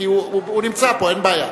הוא נמצא פה, אין בעיה.